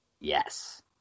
Yes